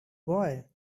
boy